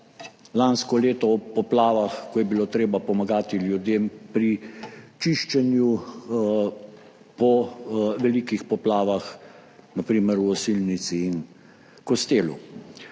lansko leto ob poplavah, ko je bilo treba pomagati ljudem pri čiščenju po velikih poplavah, na primer v Osilnici in Kostelu.